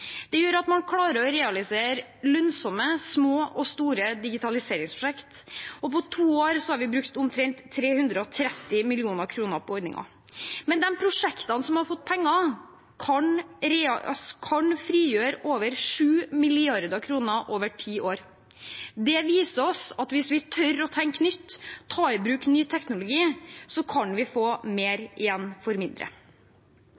Det gjør at man klarer å realisere lønnsomme små og store digitaliseringsprosjekt, og på to år har vi brukt omtrent 330 mill. kr på ordningen. Men de prosjektene som har fått penger, kan frigjøre over 7 mrd. kr over ti år. Det viser oss at hvis vi tør å tenke nytt, ta i bruk ny teknologi, kan vi få